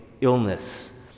illness